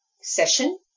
session